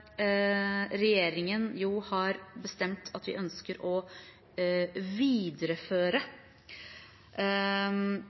Regjeringen har bestemt at vi ønsker å videreføre